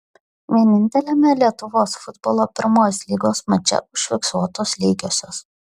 vieninteliame lietuvos futbolo pirmos lygos mače užfiksuotos lygiosios